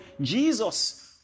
Jesus